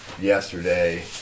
yesterday